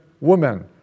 woman